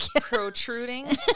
Protruding